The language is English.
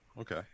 okay